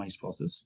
process